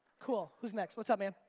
cool. who's next? what's up man?